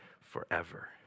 forever